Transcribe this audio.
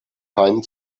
keinen